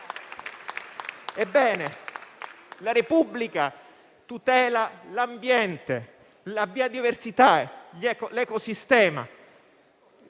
Ebbene, la Repubblica tutela l'ambiente, la biodiversità, l'ecosistema.